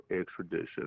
extradition